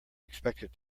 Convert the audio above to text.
expected